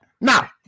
Now